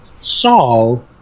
Saul